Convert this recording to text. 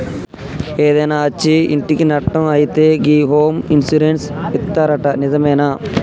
ఏదైనా అచ్చి ఇంటికి నట్టం అయితే గి హోమ్ ఇన్సూరెన్స్ ఇత్తరట నిజమేనా